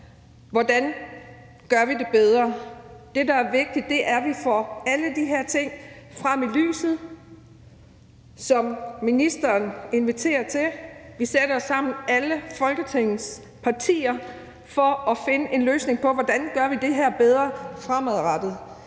Hvordan gør vi det bedre? Det, der er vigtigt, er, at vi får alle de her ting frem i lyset, som ministeren inviterer til. Vi, alle Folketingets partier, sætter os sammen for at finde en løsning på, hvordan vi gør det her bedre fremadrettet.